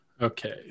Okay